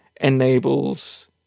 enables